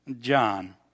john